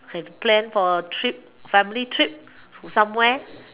have plan for trip family trip to somewhere